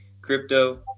crypto